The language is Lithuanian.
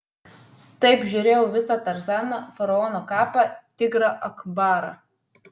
taip žiūrėjau visą tarzaną faraono kapą tigrą akbarą